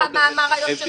אין מה לעשות,